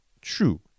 true